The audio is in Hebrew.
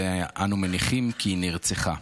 ואנו מניחים כי נרצחה.